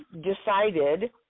decided